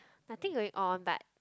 nothing going on but